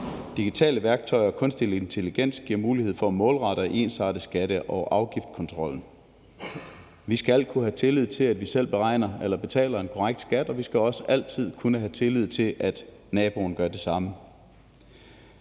Digitale værktøjer og kunstig intelligens giver mulighed for at målrette og ensrette skatte- og afgiftskontrollen. Vi skal kunne have tillid til, at vi betaler en korrekt skat, og vi skal også altid kunne have tillid til, at naboen gør det samme.